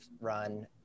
run